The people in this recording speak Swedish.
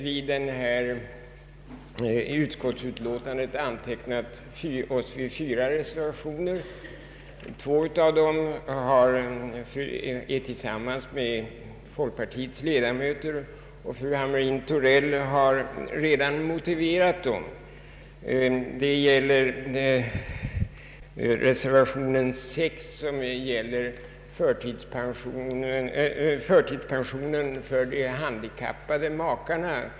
Vi representanter för moderata samlingspartiet har undertecknat fyra reservationer till utskottsutlåtandet. Två av dem har avgivits tillsammans med folkpartiets ledamöter, och fru Hamrin Thorell har redan motiverat dem. Den ena gäller reservationen 6 som avser storleken av förtidspensionen till handikappade makar.